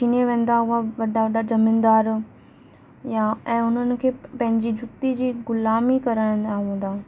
छिने वेंदा हुआ वॾा वॾा ज़मीनदार या ऐं हुननि खे पंहिंजी जूती जी गुलामी कराईंदा हूंदा